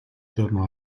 tornò